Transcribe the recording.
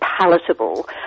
palatable